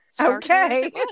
Okay